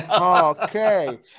Okay